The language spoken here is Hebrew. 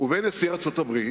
לבין נשיא ארצות-הברית.